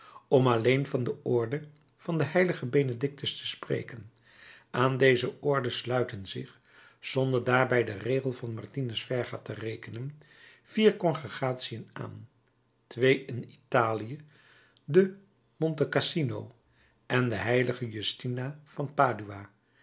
om alleen van de orde van den h benedictus te spreken aan deze orde sluiten zich zonder daarbij den regel van martinus verga te rekenen vier congregratiën aan twee in italië de monte cassino en de h justina van padua